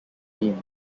beam